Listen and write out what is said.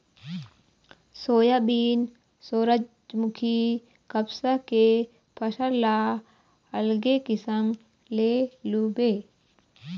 soybean, सूरजमूखी, कपसा के फसल ल अलगे किसम ले लूबे